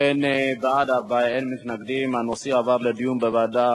אני מקווה מאוד שאנחנו נגמור את כל הדברים האלה,